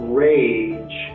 rage